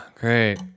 great